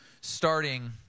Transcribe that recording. starting